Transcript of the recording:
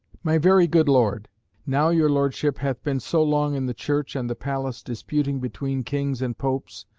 my very good lord now your lordship hath been so long in the church and the palace disputing between kings and popes,